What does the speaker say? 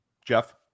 Jeff